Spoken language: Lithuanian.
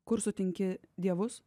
kur sutinki dievus